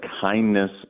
kindness